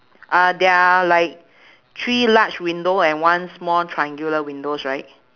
uh they're like three large window and one small triangular windows right